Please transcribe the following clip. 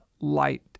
light